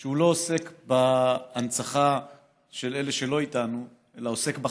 שהוא לא עוסק בהנצחה של אלה שלא איתנו אלא עוסק בחיים,